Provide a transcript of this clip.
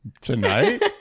tonight